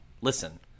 Listen